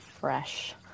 fresh